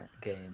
game